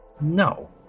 no